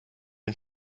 den